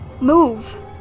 Move